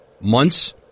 months